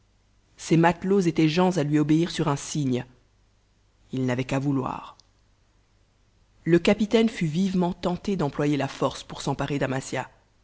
ses matelots étaient gens à lui obéir sur un signe il n'avait qu'à vouloir le capitaine fut vivement tenté d'employer la violence pour s'emparer d'amasia